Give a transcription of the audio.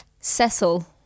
Cecil